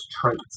traits